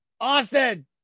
Austin